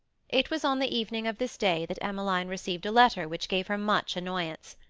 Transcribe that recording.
it was on the evening of this day that emmeline received a letter which gave her much annoyance.